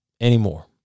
anymore